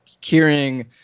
hearing